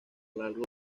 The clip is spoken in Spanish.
largo